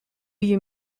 you